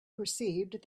perceived